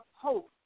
hope